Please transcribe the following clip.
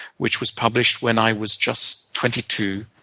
which was published when i was just twenty two.